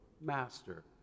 Master